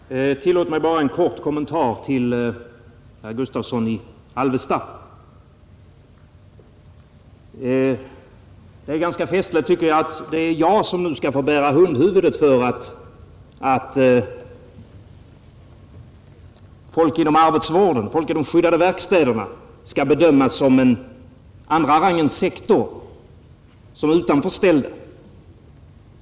Herr talman! Tillåt mig göra en kort kommentar till vad herr Gustavsson i Alvesta anförde. Det är ganska festligt att jag skall få bära hundhuvudet för att folk inom arbetsvården, folk inom de skyddade verkstäderna skall bedömas som en grupp av andra rangen, som utanförställda.